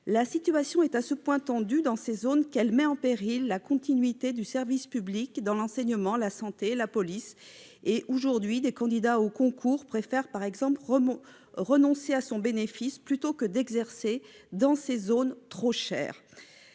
La situation est à ce point tendue dans ces zones qu'elle met en péril la continuité du service public dans l'enseignement, la santé, la police. Aujourd'hui, par exemple, des candidats au concours préfèrent renoncer à son bénéfice plutôt que d'exercer dans ces zones, trop chères.